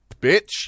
bitch